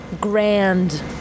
grand